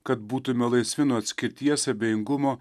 kad būtume laisvi nuo atskirties abejingumo